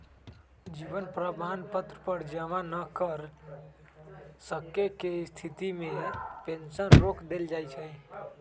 जीवन प्रमाण पत्र जमा न कर सक्केँ के स्थिति में पेंशन रोक देल जाइ छइ